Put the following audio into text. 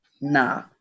Nah